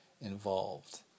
involved